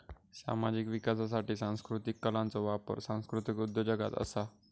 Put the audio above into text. सामाजिक विकासासाठी सांस्कृतीक कलांचो वापर सांस्कृतीक उद्योजगता असा